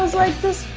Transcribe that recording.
like, this,